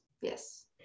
Yes